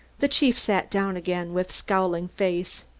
the chief sat down again with scowling face.